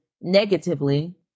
negatively